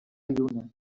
lluna